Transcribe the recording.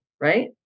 right